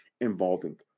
involving